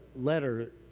letter